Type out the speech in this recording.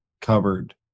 covered